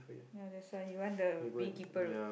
ya that's why he want the big keeper